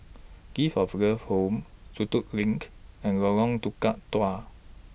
Gift of Love Home Sentul LINK and Lorong Tukang Dua